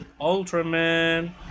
Ultraman